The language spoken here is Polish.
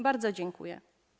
Bardzo dziękuję.